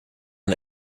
aan